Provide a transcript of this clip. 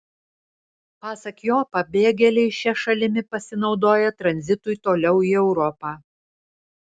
pasak jo pabėgėliai šia šalimi pasinaudoja tranzitui toliau į europą